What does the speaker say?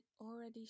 already